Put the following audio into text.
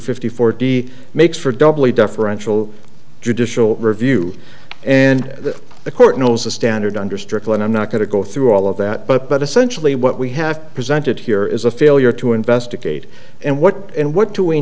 fifty forty makes for doubly deferential judicial review and that the court knows the standard under strickland i'm not going to go through all of that but but essentially what we have presented here is a failure to investigate and what and what do we